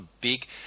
big